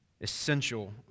essential